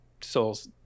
Souls